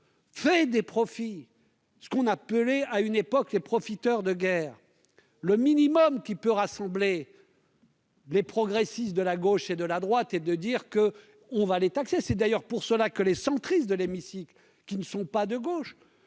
fait des profits, ce qu'on appelait à une époque les profiteurs de guerre, le minimum qui peut rassembler. Les progressistes de la gauche et de la droite et de dire que on va les taxer, c'est d'ailleurs pour cela que les centristes de l'hémicycle, qui ne sont pas de gauche